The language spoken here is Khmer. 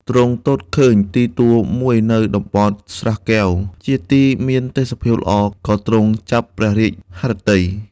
ទ្រង់ទតឃើញទីទួលមួយនៅតំបន់ស្រះកែវ ជាទីមានទេសភាពល្អ ក៏ទ្រង់ចាប់ព្រះរាជហឫទ័យ